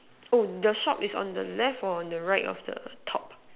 oh the shop is on the left or on the right of the top